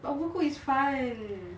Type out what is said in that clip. but overcook is fun